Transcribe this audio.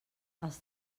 els